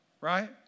Right